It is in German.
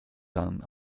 dann